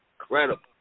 incredible